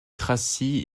tracy